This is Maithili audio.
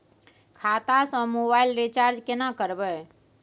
खाता स मोबाइल रिचार्ज केना करबे?